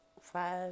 five